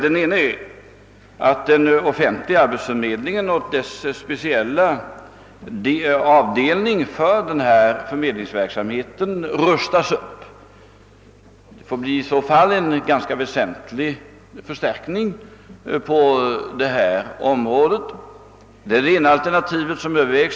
Det ena är att den offentliga arbetsförmedlingen och dess speciella avdelning för denna förmedlingsverksamhet rustas upp — förstärkningen måste i så fall bli ganska stor.